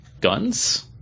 guns